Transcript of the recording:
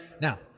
Now